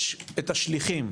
יש השליחים.